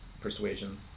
persuasion